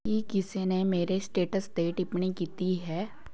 ਕੀ ਕਿਸੇ ਨੇ ਮੇਰੇ ਸਟੇਟਸ 'ਤੇ ਟਿੱਪਣੀ ਕੀਤੀ ਹੈ